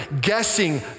guessing